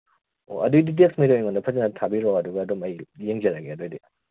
ꯑꯣ ꯑꯗꯨꯏꯗꯤ ꯗꯦꯛꯁꯃꯩꯗꯣ ꯑꯩꯉꯣꯟꯗ ꯐꯖꯅ ꯊꯥꯕꯤꯔꯛꯑꯣ ꯑꯗꯨꯒ ꯑꯗꯨꯝ ꯑꯩ ꯌꯦꯡꯖꯔꯒꯦ ꯑꯗꯨꯏꯗꯤ